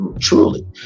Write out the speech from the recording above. truly